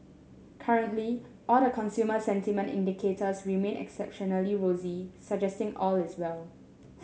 currently all the consumer sentiment indicators remain exceptionally rosy suggesting all is well